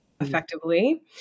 effectively